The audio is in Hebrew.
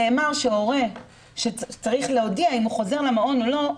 נאמר שהורה צריך להודיע אם הוא חוזר למעון או לא,